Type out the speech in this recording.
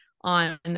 on